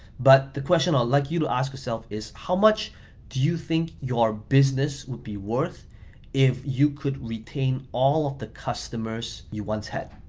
but the question i'd like you to ask yourself is how much do you think your business would be worth if you could retain all of the customers you once had?